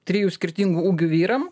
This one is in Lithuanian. trijų skirtingų ūgių vyram